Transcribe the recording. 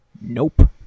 Nope